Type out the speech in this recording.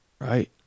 right